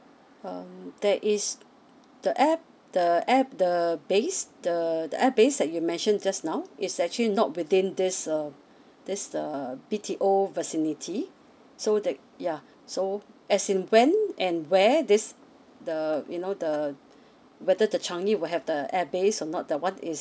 um there is the air the air the base the air base that you mentioned just now it's actually not within this uh this err B_T_O vicinity so that yeah so as in when and where this the you know the weather the changi will have the air base or not the one is